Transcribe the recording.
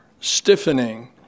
stiffening